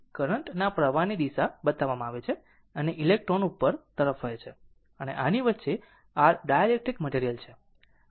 તેથી કરંટ ના પ્રવાહની દિશા બતાવવામાં આવે છે અને ઇલેક્ટ્રોન ઉપર તરફ વહે છે અને આની વચ્ચે r ડાઇલેક્ટ્રિક મટિરિયલ છે